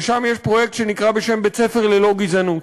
שבה יש פרויקט שנקרא בשם בית-ספר ללא גזענות,